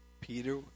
Peter